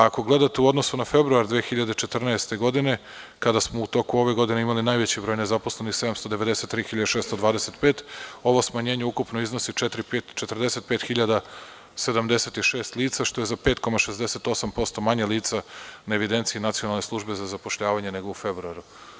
Ako gledate u odnosu na februar 2014. godine, kada smo u toku ove godine imali najveći broj nezaposlenih, 793 hiljade 625, ovo smanjenje ukupno iznosi 45 hiljada 76 lica, što je za 5,68% manje lica na evidenciji Nacionalne službe za zapošljavanje nego u februaru.